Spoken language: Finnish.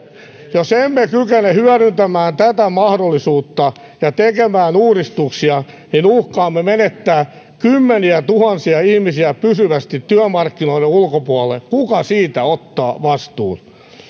jos emme kykene hyödyntämään tätä mahdollisuutta ja tekemään uudistuksia niin uhkaamme menettää kymmeniätuhansia ihmisiä pysyvästi työmarkkinoiden ulkopuolelle kuka siitä ottaa vastuun